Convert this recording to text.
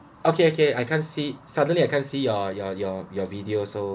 okay okay I can't see suddenly I can't see your your your your videos so